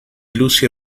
lucy